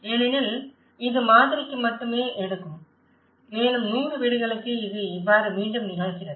ஏனெனில் இது மாதிரிக்கு மட்டுமே எடுக்கும் மேலும் 100 வீடுகளுக்கு இது இவ்வாறு மீண்டும் நிகழ்கிறது